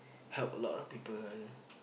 help a lot of people